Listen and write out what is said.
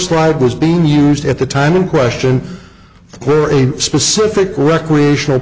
stride was being used at the time in question for a specific recreational